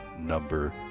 number